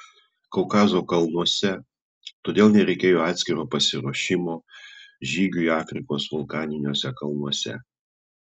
kaukazo kalnuose todėl nereikėjo atskiro pasiruošimo žygiui afrikos vulkaniniuose kalnuose